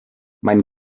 mein